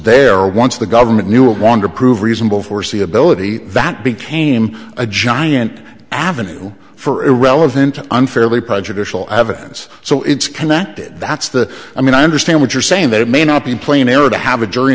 there once the government knew a longer prove reasonable foreseeability that became a giant avenue for irrelevant unfairly prejudicial evidence so it's connected that's the i mean i understand what you're saying that it may not be plain error to have a jury